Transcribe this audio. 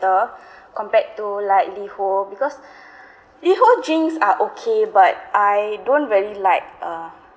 compared to like LiHO because LiHO drinks are okay but I don't really like uh